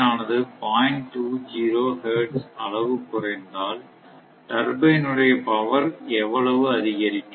20 Hz அளவு குறைந்தால் turbine உடைய பவர் எவ்வளவு அதிகரிக்கும்